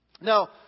Now